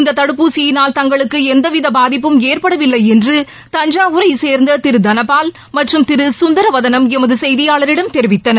இந்த தடுப்பூசியினால் தங்களுக்கு எந்த பாதிப்பும் ஏற்படவில்லை என்று தஞ்சாவூரை சேர்ந்த திரு தனபால் மற்றும் திரு சுந்தரவதனம் எமது செய்தியாளரிடம் தெரிவித்தனர்